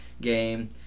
game